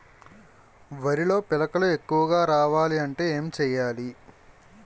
వరిలో పిలకలు ఎక్కువుగా రావాలి అంటే ఏంటి చేయాలి?